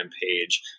page